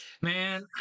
Man